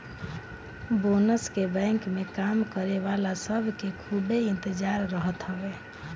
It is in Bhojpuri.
बोनस के बैंक में काम करे वाला सब के खूबे इंतजार रहत हवे